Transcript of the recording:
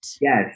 Yes